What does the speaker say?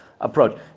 approach